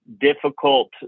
difficult